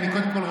קודם כול,